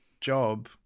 job